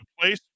place